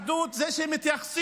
אחדות זה שמתייחסים,